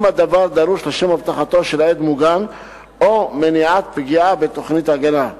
הדבר דרוש לשם אבטחתו של עד מוגן או מניעת פגיעה בתוכנית ההגנה.